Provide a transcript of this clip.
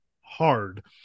hard